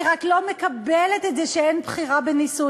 אני רק לא מקבלת את זה שאין בחירה בנישואים